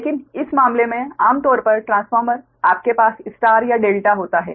लेकिन इस मामले में आम तौर पर ट्रांसफार्मर आपके पास स्टार या डेल्टा होता है